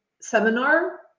seminar